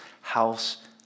house